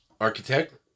architect